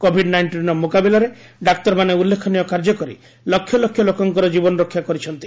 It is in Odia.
କୋଭିଡ୍ ନାଇଷ୍ଟିନ୍ର ମୁକାବିଲାରେ ଡାକ୍ତରମାନେ ଉଲ୍ଲେଖନୀୟ କାର୍ଯ୍ୟ କରି ଲକ୍ଷ ଲକ୍ଷ ଲୋକଙ୍କର ଜୀବନ ରକ୍ଷା କରିଛନ୍ତି